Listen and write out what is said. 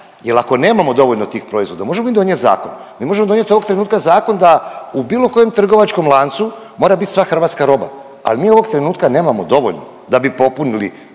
jer ako nemamo dovoljno tih proizvoda, možemo mi donijet zakon, mi možemo donijet ovog trenutka zakon da u bilo koje trgovačkom lancu mora biti sva hrvatska roba, ali mi ovog trenutka nemamo dovoljno da bi popunili